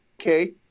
Okay